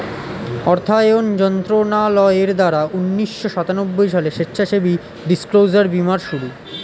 অর্থায়ন মন্ত্রণালয়ের দ্বারা উন্নিশো সাতানব্বই সালে স্বেচ্ছাসেবী ডিসক্লোজার বীমার শুরু